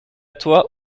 toi